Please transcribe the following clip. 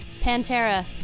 Pantera